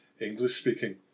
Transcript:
English-speaking